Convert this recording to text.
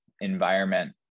environment